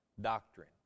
doctrine